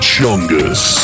Chungus